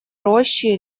рощи